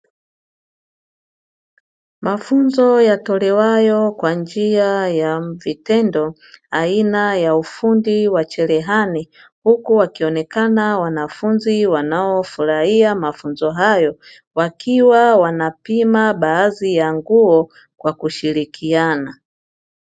Mafunzo yatolewayo kwa njia ya vitendo aina ya ufundi wa cherehani huku wakionekana wanafunzi wanaofurahia mafunzo hayo, wakiwa wanapima baadhi ya nguo kwa kushirikiana.